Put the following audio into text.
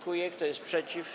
Kto jest przeciw?